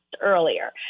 earlier